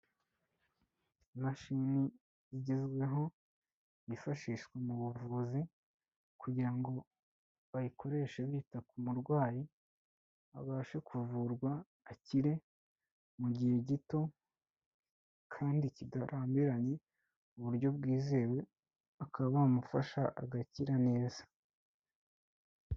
Imashini igezweho yifashishwa mu buvuzi kugira ngo bayikoreshe bita ku murwayi abashe kuvurwa akire mu gihe gito kandi kitarambiranye buryo bwizewe bakaba bamufasha agakira neza.